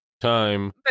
time